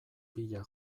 bila